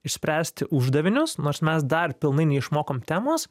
išspręsti uždavinius nors mes dar pilnai neišmokom temos